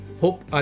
hope